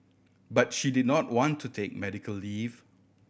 but she did not want to take medical leave